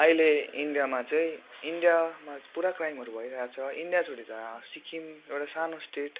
अहिले इन्डियामा चाहिँ इन्डियामा पुरा क्राइमहरू भइरहेछ इन्डिया छोडी सिक्किम एउटा सानो स्टेट